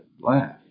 laugh